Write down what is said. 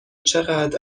چقد